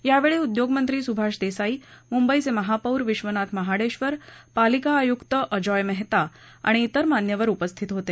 यावेळी उद्योगमंत्री सुभाष देसाई मुंबईचे महापौर विश्वनाथ महाडेश्वरपालिका आयुक अजॉय मेहता आणि तिर मान्यवर उपस्थित होते